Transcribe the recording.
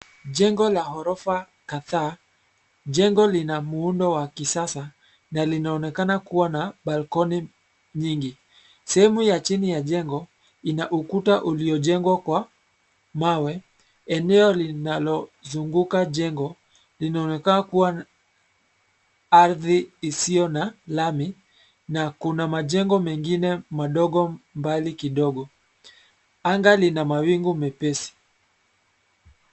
Jengo la ghorofa kadhaa, jengo lina muundo wa kisasa, na linaonekana kuwa na balkoni, nyingi, sehemu ya chini ya jengo, ina ukuta uliojengwa kwa, mawe, eneo linalo, zunguka jengo, linaonekana kuwa, ardhi isiyo na lami, na kuna majengo mengine madogo, mbali kidogo, anga lina mawingu mepesi.